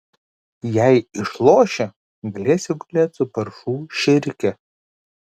jei išloši galėsi gulėt su paršų šėrike